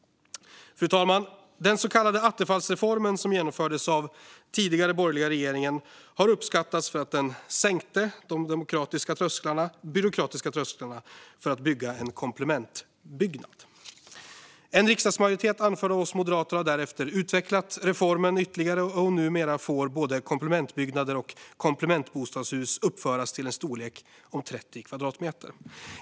Fru talman! Den så kallade attefallsreformen som genomfördes av den tidigare borgerliga regeringen har uppskattats för att den sänkte de byråkratiska trösklarna för att bygga en komplementbyggnad. En riksdagsmajoritet anförd av oss moderater har därefter utvecklat reformen ytterligare, och numera får både komplementbyggnader och komplementbostadshus uppföras till en storlek om 30 kvadratmeter.